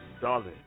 Darling